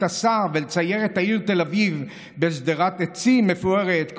השר ולצייד את העיר תל אביב בשדרת עצים מפוארת,